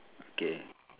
potato there's two